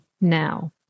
now